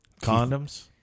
Condoms